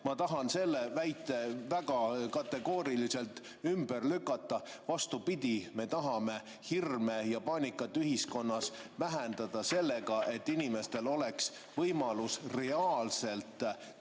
Ma tahan selle väite väga kategooriliselt ümber lükata. Vastupidi, me tahame hirme ja paanikat ühiskonnas vähendada sellega, et inimestel oleks võimalus reaalselt tõendada